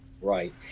right